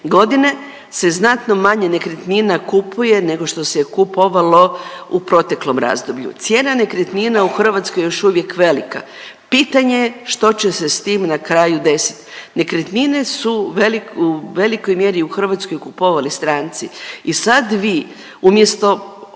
godine, se znatno manje nekretnina kupuje nego što se je kupovalo u proteklom razdoblju. Cijena nekretnina u Hrvatskoj je još uvijek velika, pitanje je što će se s tim na kraju desit, nekretnine su u velikoj mjeri u Hrvatskoj kupovali stranci i sad vi umjesto